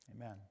amen